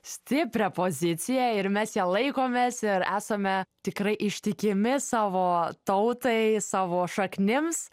stiprią poziciją ir mes ją laikomės ir esame tikrai ištikimi savo tautai savo šaknims